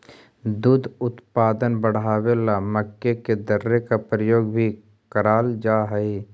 दुग्ध उत्पादन बढ़ावे ला मक्के के दर्रे का प्रयोग भी कराल जा हई